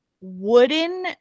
wooden